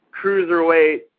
cruiserweight